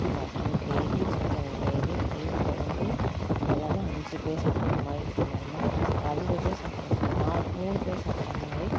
mutton gravy chicken gravy மீன் குழம்பு இது எல்லாம் அஞ்சு பேர் சாப்பிட்ற மாதிரி இது பண்ணியிருந்தேன் அப்புறம் அஞ்சு பேர் சாப்பிட்ற நாலு மூணு பேர் சாப்பிட்ற மாதிரி